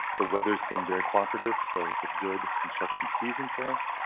the weather's been very cooperative, so it's a good construction season for us,